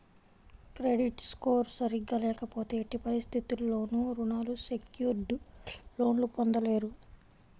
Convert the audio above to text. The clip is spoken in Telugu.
క్రెడిట్ స్కోర్ సరిగ్గా లేకపోతే ఎట్టి పరిస్థితుల్లోనూ రుణాలు సెక్యూర్డ్ లోన్లు పొందలేరు